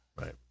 Right